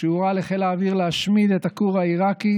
כשהורה לחיל האוויר להשמיד את הכור העיראקי